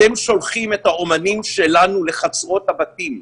אתם שולחים את האמנים שלנו לחצרות הבתים,